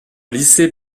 lycée